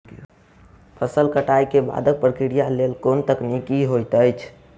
फसल कटाई केँ बादक प्रक्रिया लेल केँ कुन तकनीकी होइत अछि?